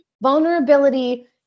Vulnerability